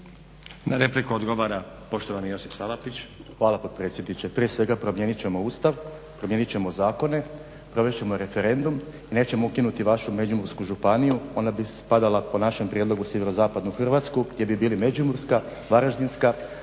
Na repliku odgovara poštovani Josip Salapić. **Salapić, Josip (HDSSB)** Hvala potpredsjedniče. Prije svega promijenit ćemo Ustav, promijenit ćemo zakone, provest ćemo referendum i nećemo ukinuti vašu Međimursku županiju. Ona bi spadala po našem prijedlogu u SZ Hrvatsku gdje bi bili Međimurska, Varaždinska,